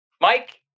Mike